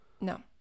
No